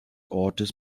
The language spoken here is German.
ortes